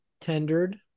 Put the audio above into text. tendered